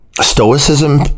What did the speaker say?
stoicism